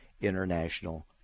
international